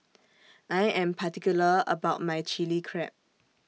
I Am particular about My Chilli Crab